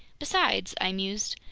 besides, i mused,